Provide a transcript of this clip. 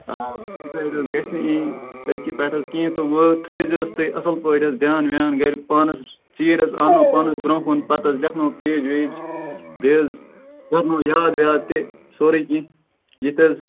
آ وۅنۍ حظ گژھِ نہٕ یہِ أزۍکہِ پیٚٚٹھ حظ کیٚنٛہہ تہِ وۅنۍ تھٲوِزیٚوس تُہۍ اصٕل پٲٹھۍ حظ دیان ویان گَرِ پانس ژیٖرۍ حظ انُن پانس برٛونٛہہ کُن پَتہٕ حظ لیٚکھناوُن پیٚج ویٚج بیٚیہِ حظ کرنو یاد واد تہِ سورُے کیٚنٛہہ یِتہٕ حظ